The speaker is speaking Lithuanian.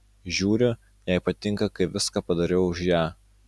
žiūriu jai patinka kai viską padarau už ją